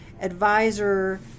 advisor